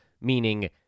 meaning